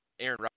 Aaron